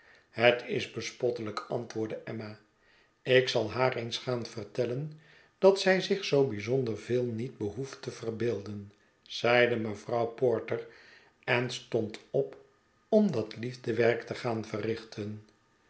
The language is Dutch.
het is bespottelijk antwoordde emma ik zal haar eens gaan vertellen dat zij zich zoo bij zonder veel niet behoeft te verbeelden zeide mevrouw porter en stond op om dat liefdewerk te gaan verrichten